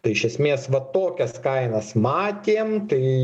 tai iš esmės va tokias kainas matėm tai